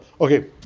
Okay